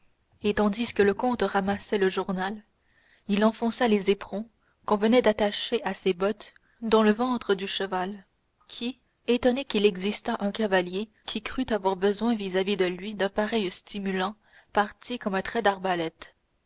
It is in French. et tandis que le comte ramassait le journal il enfonça les éperons qu'on venait d'attacher à ses bottes dans le ventre du cheval qui étonné qu'il existât un cavalier qui crût avoir besoin vis-à-vis de lui d'un pareil stimulant partit comme un trait d'arbalète